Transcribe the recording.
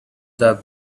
the